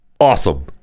awesome